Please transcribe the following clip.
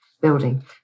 building